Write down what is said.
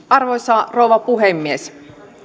arvoisa rouva puhemies